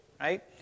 Right